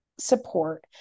support